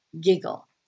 giggle